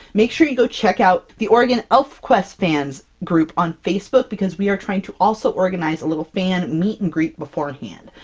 make sure you go check out the oregon elfquest fans group on facebook because we are trying to also organize a little fan meet-and-greet beforehand.